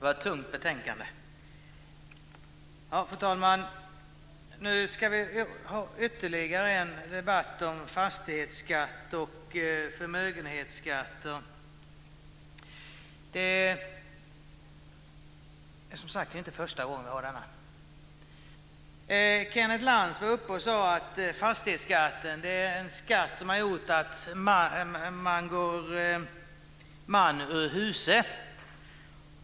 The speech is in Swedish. Fru talman! Nu ska vi ha ytterligare en debatt om fastighetsskatt och förmögenhetsskatt. Det är som sagt inte första gången som vi har det. Kenneth Lantz sade att fastighetsskatten är en skatt som har gjort att man går man ur huse.